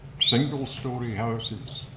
single-story houses.